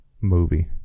movie